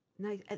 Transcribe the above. Nice